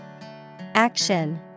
Action